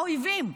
האויבים,